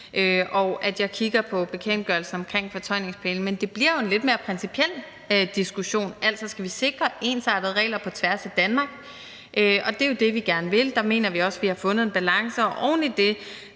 og at jeg kigger på bekendtgørelsen omkring fortøjningspæle. Men det bliver jo en lidt mere principiel diskussion, altså om vi skal sikre ensartede regler på tværs af Danmark. Det er jo det, vi gerne vil, og der mener vi også, vi har fundet en balance, og oveni det